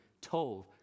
Tov